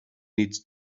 needs